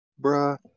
Bruh